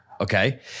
Okay